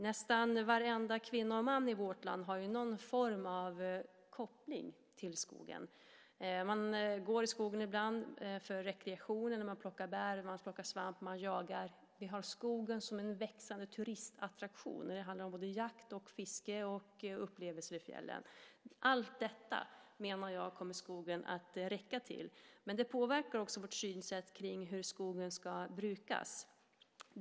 Nästan varenda kvinna och man i vårt land har någon form av koppling till skogen. Vi går i skogen för rekreation, för att plocka bär och svamp samt för att jaga. Vi har skogen som en växande turistattraktion. Det handlar om jakt, fiske och upplevelser i fjällen. Allt detta, menar jag, kommer skogen att räcka till. Men det påverkar också vårt synsätt kring hur skogen ska brukas.